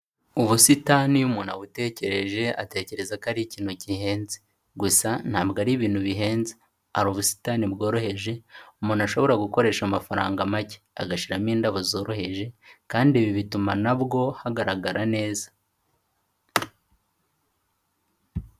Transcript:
Ubusitani iyo umuntu abutekereje, atekereza ko ari ikintu gihenze, gusa ntabwo ari ibintu bihenze, hari ubusitani bworoheje, umuntu ashobora gukoresha amafaranga make, agashyiramo indabo zoroheje kandi ibi bituma na bwo hagaragarara neza.